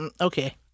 Okay